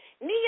Nia